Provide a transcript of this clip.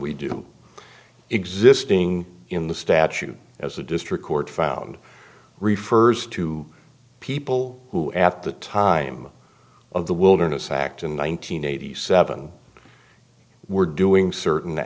we do existing in the statute as the district court found refers to people who at the time of the wilderness act in one nine hundred eighty seven were doing certain